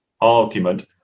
argument